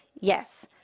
Yes